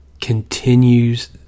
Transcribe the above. continues